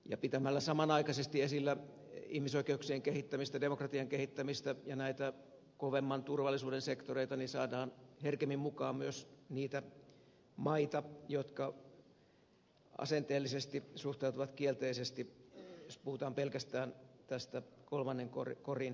ja pitämällä samanaikaisesti esillä ihmisoikeuksien ja demokratian kehittämistä ja näitä kovemman turvallisuuden sektoreita saadaan herkemmin mukaan myös niitä maita jotka suhtautuvat asenteellisesti kielteisesti jos puhutaan pelkästään tästä kolmannen korin asialistasta